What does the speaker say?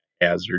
hazard